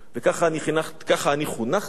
כך אני חונכתי,